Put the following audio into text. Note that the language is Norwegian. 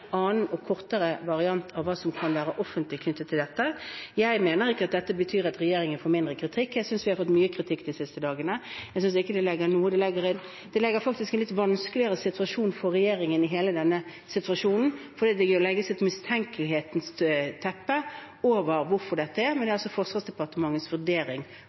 annen og kortere variant av hva som kan være offentlig, knyttet til dette. Jeg mener ikke at dette betyr at regjeringen får mindre kritikk – jeg synes vi har fått mye kritikk de siste dagene. Det gjør faktisk hele denne situasjonen litt vanskeligere for regjeringen, fordi det legges et mistenkelighetens teppe over hvorfor dette er. Men det er altså Forsvarsdepartementets vurdering